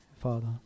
Father